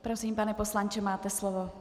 Prosím, pane poslanče, máte slovo.